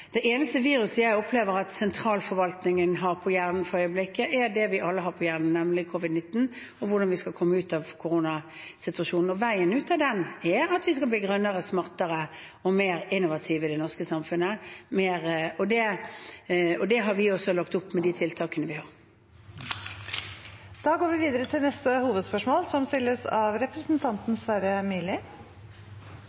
Det eneste viruset jeg opplever at sentralforvaltningen har på hjernen for øyeblikket, er det vi alle har på hjernen, nemlig covid-19 og hvordan vi skal komme ut av koronasituasjonen. Og veien ut av den er at vi skal bli grønnere, smartere og mer innovative i det norske samfunnet. Det har vi også lagt opp til med de tiltakene vi har. Da går vi videre til neste hovedspørsmål.